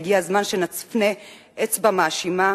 והגיע הזמן שנפנה אצבע מאשימה